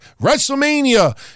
WrestleMania